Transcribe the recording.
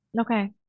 Okay